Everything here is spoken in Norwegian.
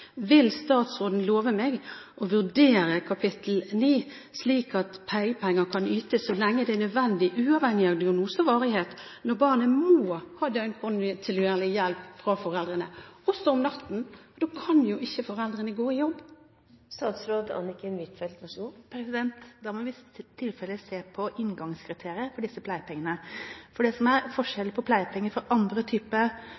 Vil statsråden love meg å vurdere kapittel 9, slik at pleiepenger kan ytes så lenge det er nødvendig, uavhengig av diagnose og varighet når barnet må ha døgnkontinuerlig hjelp fra foreldrene – også om natten? Da kan jo ikke foreldrene gå på jobb. Da må vi i tilfelle se på inngangskriterier for disse pleiepengene, for det som er